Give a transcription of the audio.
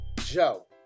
Joe